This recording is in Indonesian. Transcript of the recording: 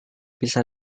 bisa